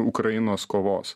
ukrainos kovos